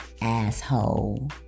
asshole